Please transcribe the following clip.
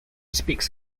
speaks